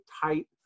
tight